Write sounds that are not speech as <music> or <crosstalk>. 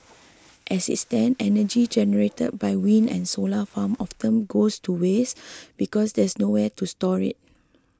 <noise> as it stand energy generated by wind and solar farms often goes to waste because there's nowhere to store it